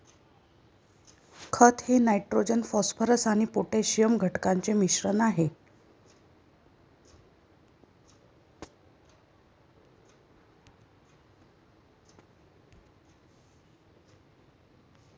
खत हे nitrogen phosphorus आणि पोटॅशियम घटकांचे मिश्रण आहे